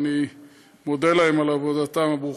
ואני מודה להם על עבודתם הברוכה.